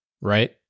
right